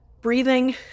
breathing